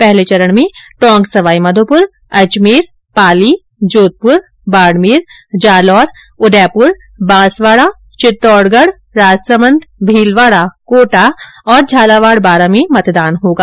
पहले चरण में टोंक सवाईमाधोपुर अजमेर पाली जोधपुर बाड़मेर जालौर उदयपुर बासंवाड़ा चितौड़गढ़ राजसमंद भीलवाड़ा कोटा और झालावाड़ बारां में मतदान होगा